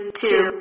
two